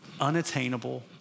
unattainable